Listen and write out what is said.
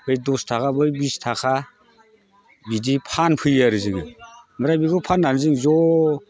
बे दसथाखा बै बिसथाखा बिदि फानफैयो आरो जोङो ओमफ्राय बेखौ फाननानै जों ज'